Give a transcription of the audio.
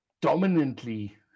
dominantly